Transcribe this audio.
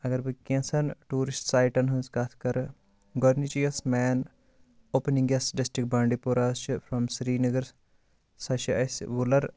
اگر بہٕ کٮ۪نٛژھن ٹوٗرِسٹ سایِٹن ہٕنٛز کَتھ کرٕ گۄڈنِچی یۄس مین اوٚپنِگ یَس ڈَسٹرک بانٛڈی پوٗراہس چھِ فرام سِرینگر سۄ چھِ اَسہِ وُلر